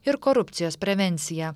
ir korupcijos prevencija